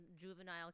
juvenile